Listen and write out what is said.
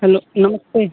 hello नमस्ते